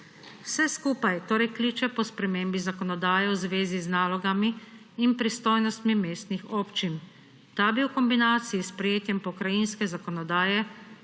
Vse skupaj torej kliče po spremembi zakonodaje v zvezi z nalogami in pristojnostmi mestnih občin. Ta bi v kombinaciji s sprejetjem pokrajinske zakonodaje